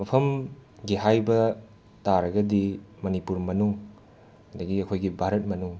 ꯃꯐꯝꯒꯤ ꯍꯥꯏꯕ ꯇꯥꯔꯒꯗꯤ ꯃꯅꯤꯄꯨꯔ ꯃꯅꯨꯡ ꯑꯗꯒꯤ ꯑꯩꯈꯣꯏꯒꯤ ꯚꯥꯔꯠ ꯃꯅꯨꯡ